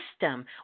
system